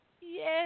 yes